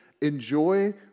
enjoy